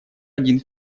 один